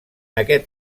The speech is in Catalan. aquest